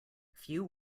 few